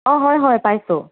অঁ হয় হয় পাইছোঁ